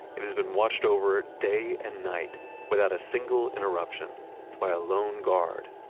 it has been watched over day and night without a single interruption by a lone guard,